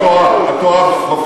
לא, לא, לא.